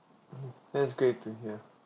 mmhmm that is great to hear